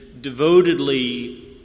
devotedly